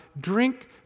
drink